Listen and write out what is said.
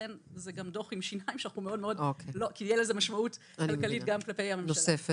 לכן זה גם דוח עם שיניים שתהיה לו משמעות כלכלית גם כלפי הממשלה.